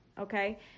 okay